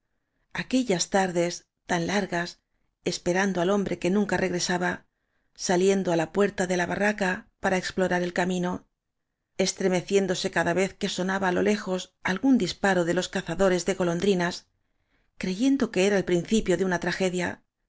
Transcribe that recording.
aquellas tardes tan largas esperando al hombre que nunca regresaba sa liendo á la puerta de la barraca para explorar el camino estremeciéndose cada vez que sona ba á lo lejos algún disparo de los cazadores de golondrinas creyendo que era el principio de una tragedia